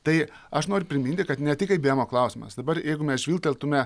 tai aš noriu priminti kad ne tik eibyemo klausimas dabar jeigu mes žvilgteltume